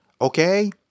Okay